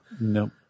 No